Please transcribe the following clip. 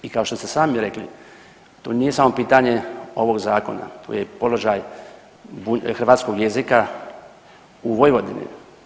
I kao što ste sami rekli to nije samo pitanje ovog zakona, tu je i položaj hrvatskoj jezika u Vojvodini.